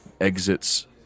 exits